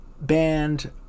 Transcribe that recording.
band